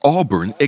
Auburn